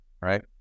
right